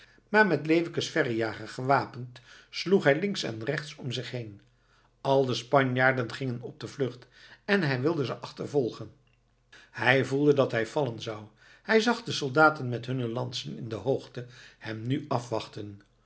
maar met leeuwke's verrejager gewapend sloeg hij links en rechts om zich heen al de spanjaarden gingen op de vlucht en hij wilde ze achtervolgen hij voelde dat hij vallen zou hij zag de soldaten met hunne lansen in de hoogte hem nu afwachten